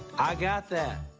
i got that.